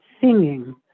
singing